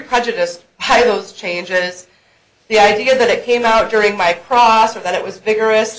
prejudiced how those changes the idea that it came out during my process that it was vigorous